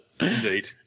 Indeed